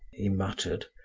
he muttered.